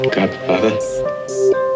Godfather